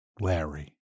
Larry